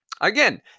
Again